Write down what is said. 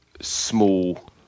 small